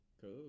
Cool